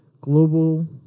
global